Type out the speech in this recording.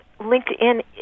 LinkedIn